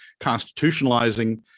constitutionalizing